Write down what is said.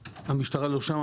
המשטרה לא שם,